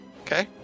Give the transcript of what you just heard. Okay